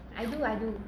I do I do